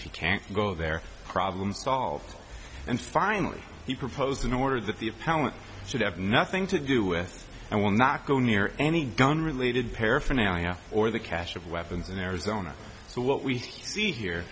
you can't go there problem solved and finally he proposed an order that the appellant should have nothing to do with and will not go near any gun related paraphernalia or the cache of weapons in arizona so what we see here